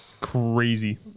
crazy